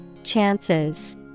Chances